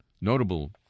notable